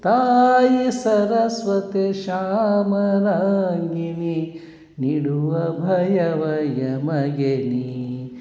ತಾಯಿ ಸರಸ್ವತಿ ಶಾಮಲಾಂಗಿನಿ ನೀಡು ಅಭಯವ ಎಮಗೆ ನೀ